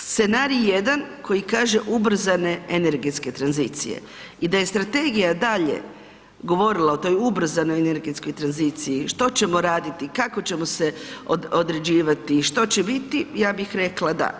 Scenarij 1 koji kaže ubrzane energetske tranzicije i da je strategija dalje govorila o toj ubrzanoj energetskoj tranziciji što ćemo raditi, kako ćemo se određivati, što će biti ja bih rekla da.